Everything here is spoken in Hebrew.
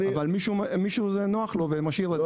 אבל זה נוח למישהו והוא משאיר את זה.